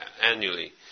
annually